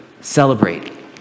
celebrate